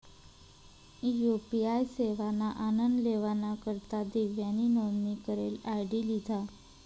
UPI सेवाना आनन लेवाना करता दिव्यानी नोंदनी करेल आय.डी लिधा